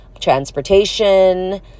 transportation